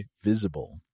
Visible